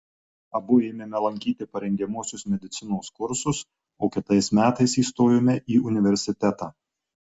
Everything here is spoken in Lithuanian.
abu ėmėme lankyti parengiamuosius medicinos kursus o kitais metais įstojome į universitetą